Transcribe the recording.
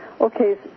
Okay